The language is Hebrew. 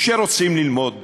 שרוצים ללמוד